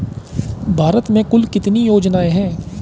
भारत में कुल कितनी योजनाएं हैं?